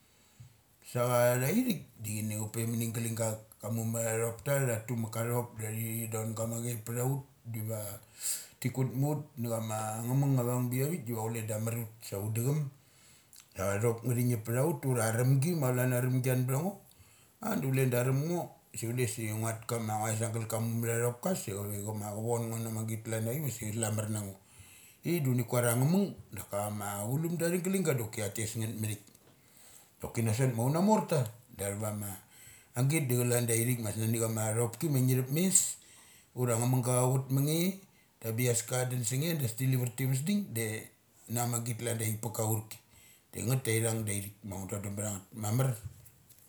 Sa cha tha ithik du upe mani galing ga auk. Amuma tha thop ta tuma ka thop da thi tha don gama chep ptha ut diva ti kut ma ut na chama nga mung avung bi avik diva chule da amar ut sa ut dachum a thop nga thi ngip ptha ut ura arumgi ma chalan a aramgi chian btha ngo a du chule da arum ngo, su chule sa ngnat kama ngnait sagal kama muma that thopka sa cha vi chama ka von ngo na ma git kalan avik vasa slum ar na ngo. Ithik do ngu kuar ia nga mung daka ma chulumda athava galing ga doki tha tes ngeth mathik. Doki na sot ma unamorta da athavama agit da chalan dai thi k ma snuni ama thoki ma ngi thup mes, ura ngamung ga cha chut mange, da abias ka cha dunsa nge da ti lavar ta vas ding, de na ma git klan dai thik pa kaur ki. Da ngeth da i ithung da ithik ma undon dum btha ngeth mamar.